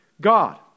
God